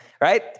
right